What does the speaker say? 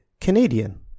Canadian